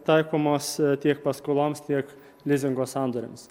taikomos tiek paskoloms tiek lizingo sandoriams